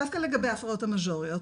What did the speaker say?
דווקא לגבי ההפרעות המז'וריות,